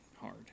hard